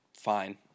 fine